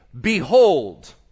behold